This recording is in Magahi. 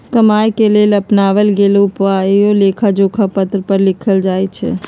कमाए के लेल अपनाएल गेल उपायके लेखाजोखा पत्र पर लिखल जाइ छइ